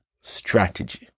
strategy